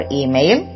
email